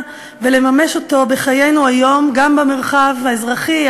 ולממש אותו בחיינו היום גם במרחב האזרחי,